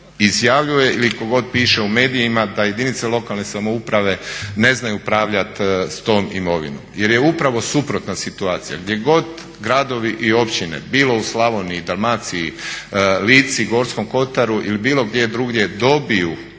izjavljuje ili ko god piše u medijima da jedinice lokalne samouprave ne znaju upravljat s tom imovinom jer je upravo suprotna situacija. Gdje god gradovi i općine bilo u Slavoniji, Dalmaciji, Lici, Gorskom kotaru ili bilo gdje drugdje dobiju